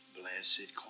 Blessed